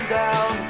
down